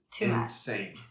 insane